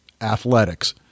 athletics